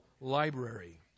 library